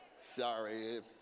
Sorry